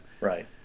Right